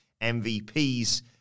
MVPs